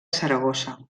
saragossa